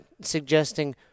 suggesting